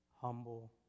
humble